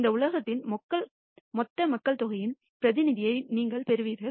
இந்த உலகத்தின் மொத்த மக்கள்தொகையின் பிரதிநிதியை நீங்கள் பெறுவீர்கள்